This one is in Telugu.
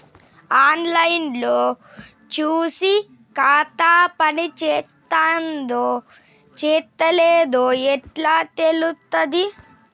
ఆన్ లైన్ లో చూసి ఖాతా పనిచేత్తందో చేత్తలేదో ఎట్లా తెలుత్తది?